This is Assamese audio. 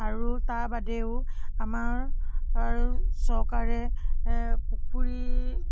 আৰু তাৰবাদেও আমাৰ চৰকাৰে পুখুৰী